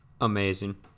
Amazing